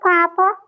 Papa